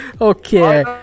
okay